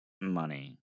money